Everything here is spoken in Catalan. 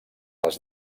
les